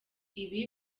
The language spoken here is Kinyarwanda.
ibi